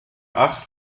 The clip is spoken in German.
acht